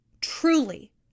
truly